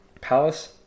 Palace